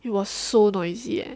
it was so noisy eh